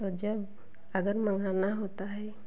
तो जब अगर मंगाना होता है